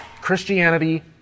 Christianity